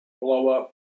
blow-up